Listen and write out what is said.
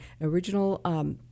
original